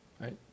right